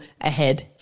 ahead